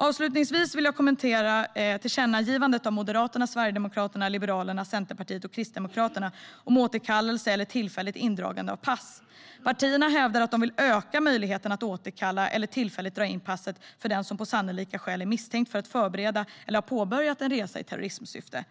Avslutningsvis vill jag kommentera tillkännagivandet av Moderaterna, Sverigedemokraterna, Liberalerna, Centerpartiet och Kristdemokraterna om återkallelse eller tillfälligt indragande av pass. Partierna hävdar att de vill öka möjligheten att återkalla eller tillfälligt dra in passet för den som på sannolika skäl är misstänkt för att förbereda eller ha påbörjat en resa i terrorismsyfte.